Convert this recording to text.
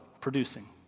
producing